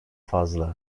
fazla